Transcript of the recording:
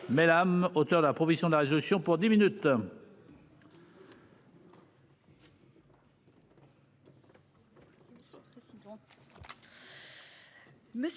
mesdames, auteur de la proposition de la injection pour 10 minutes.